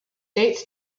dates